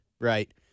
right